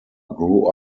grew